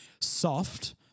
soft